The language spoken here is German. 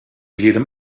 jedem